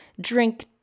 drink